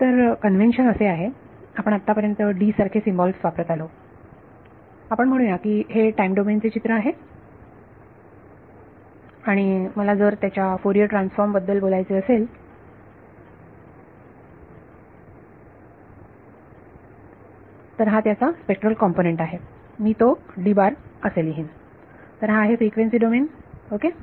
तर कन्व्हेंशन असे आहे आपण आत्तापर्यंत सारखे सिम्बॉल्स वापरत आलो आपण म्हणू या की हे टाईम डोमेन चे चित्र आहे आणि मला जर त्याच्या फोरियर ट्रान्सफॉर्म बद्दल बोलायचे असेल हा त्याचा स्पेक्ट्रल कंपोनंट आहे मी तो असे लिहेन तर हा आहे फ्रिक्वेन्सी डोमेन ओके